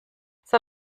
zur